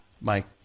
Mike